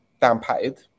down-patted